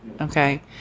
okay